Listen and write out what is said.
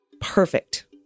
Perfect